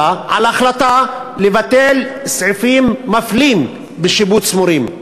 על החלטה לבטל סעיפים מפלים בשיבוץ מורים.